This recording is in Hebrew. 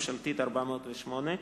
מ/408,